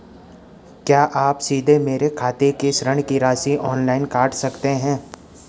क्या आप सीधे मेरे खाते से ऋण की राशि ऑनलाइन काट सकते हैं?